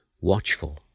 watchful